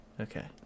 Okay